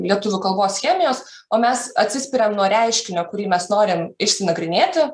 lietuvių kalbos chemijos o mes atsispiriam nuo reiškinio kurį mes norim išsinagrinėti